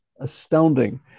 astounding